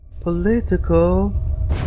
political